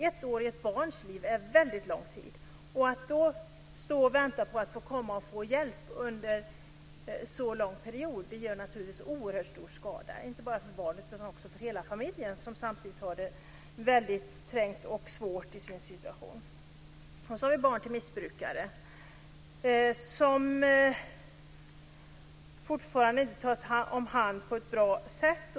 Ett år i ett barns liv är väldigt lång tid, och att under en så lång period vänta på att få hjälp gör naturligtvis oerhört stor skada, inte bara för barnet utan också för hela familjen, som har en trängd och svår situation. Barn till missbrukare tas fortfarande inte om hand på ett bra sätt.